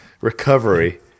Recovery